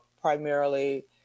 primarily